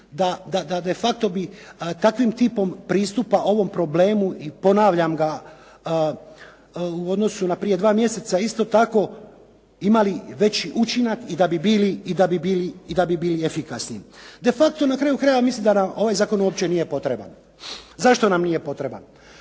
da de facto bi takvim tipom pristupa ovom problemu i ponavljam ga u odnosu na prije dva mjeseca isto tako imali veći učinak i da bi bili efikasniji. De facto, na kraju krajeva mislim da nam ovaj zakon uopće nije potreban. Zašto nam nije potreban?